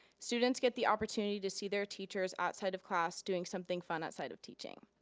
students get the opportunity to see their teachers outside of class doing something fun outside of teaching.